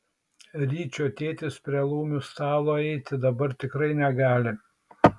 ryčio tėtis prie laumių stalo eiti dabar tikrai negali